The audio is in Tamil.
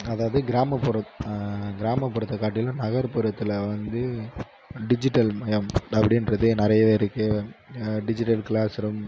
அதாவது கிராமப்புறம் கிராமப்புறத்தை காட்டிலும் நகர்ப்புறத்தில் வந்து டிஜிட்டல் மயம் அப்படின்றதே நிறையவே இருக்குது டிஜிட் டல் கிளாஸ் ரூம்